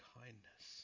kindness